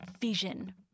vision